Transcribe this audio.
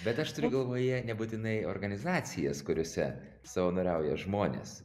bet aš turiu galvoje nebūtinai organizacijas kuriose savanoriauja žmonės